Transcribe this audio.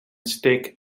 steek